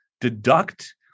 deduct